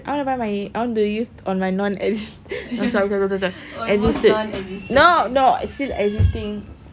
I want to buy my I want to use on my non exist~ sorry sorry sorry sorry existed no no it's still existing